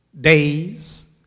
days